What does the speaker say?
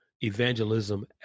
evangelism